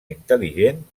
intel·ligent